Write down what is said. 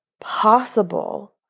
possible